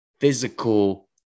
physical